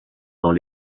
dans